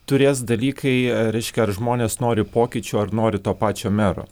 turės dalykai reiškia ar žmonės nori pokyčių ar nori to pačio mero